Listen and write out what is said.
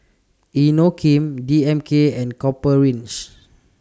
Inokim D M K and Copper Ridge